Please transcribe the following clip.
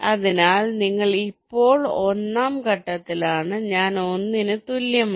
അതിനാൽ നിങ്ങൾ ഇപ്പോൾ 1 ാം ഘട്ടത്തിലാണ് ഞാൻ 1 ന് തുല്യമാണ്